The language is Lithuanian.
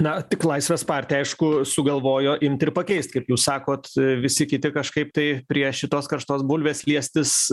na tik laisvės partija aišku sugalvojo imt ir pakeist kaip jūs sakot visi kiti kažkaip tai prie šitos karštos bulvės liestis